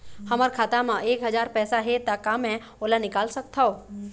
हमर खाता मा एक हजार पैसा हे ता का मैं ओला निकाल सकथव?